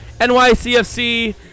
NYCFC